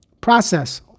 process